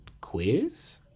quiz